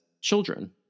children